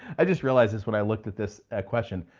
i just realized this when i looked at this question,